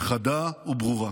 חדה וברורה: